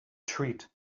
treat